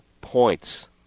points